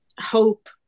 hope